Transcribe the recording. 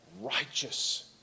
righteous